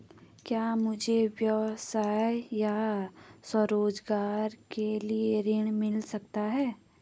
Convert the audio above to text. क्या मुझे व्यवसाय या स्वरोज़गार के लिए ऋण मिल सकता है?